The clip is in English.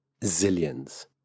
zillions